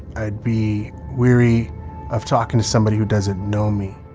i'd be wary of talking to somebody who doesn't know me.